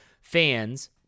fans